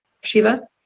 Shiva